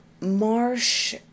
Marsh